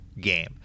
game